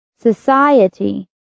society